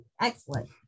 Excellent